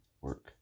work